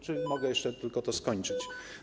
Czy mogę jeszcze tylko to skończyć?